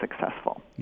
successful